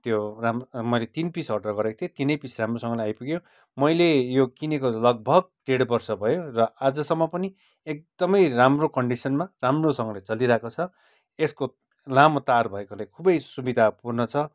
त्यो राम मैले तिन पिस अर्डर गरेको थिएँ तिनै पिस राम्रोसँगले आइपुग्यो मैले यो किनेको लगभग डेढ वर्ष भयो र आजसम्म पनि एकदमै राम्रो कन्डिसनमा राम्रोसँगले चलिरहेको छ यसको लामो तार भएकोले खुबै सुविधापूर्ण छ